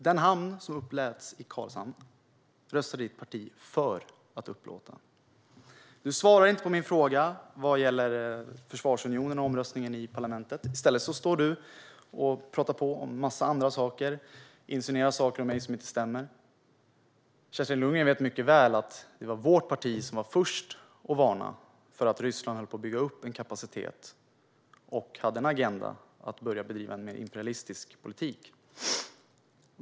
Den hamn som uppläts i Karlshamn röstade ditt parti för att upplåta. Du svarade inte på min fråga vad gäller försvarsunionen och omröstningen i parlamentet. I stället står du och pratar på om en massa andra saker och insinuerar saker om mig som inte stämmer. Kerstin Lundgren vet mycket väl att det var vårt parti som var först med att varna för att Ryssland höll på att bygga upp en kapacitet och hade en agenda för att börja bedriva en mer imperialistisk politik.